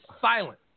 silent